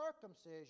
circumcision